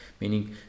meaning